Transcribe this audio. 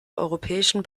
europäischen